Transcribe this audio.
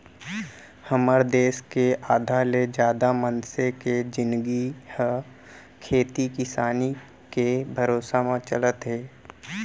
हमर देस के आधा ले जादा मनसे के जिनगी ह खेती किसानी के भरोसा म चलत हे